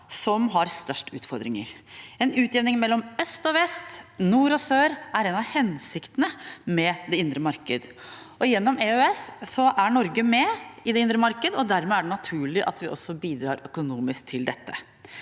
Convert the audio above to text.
som har størst utfordringer. En utjevning mellom øst og vest, nord og sør er en av hensiktene med det indre marked. Gjennom EØS er Norge med i det indre marked, dermed er det naturlig at vi også bidrar økonomisk til dette.